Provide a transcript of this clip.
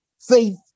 Faith